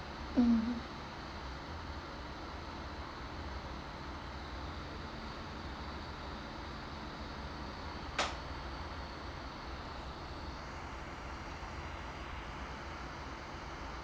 mm